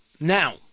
Now